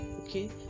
okay